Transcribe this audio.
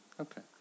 okay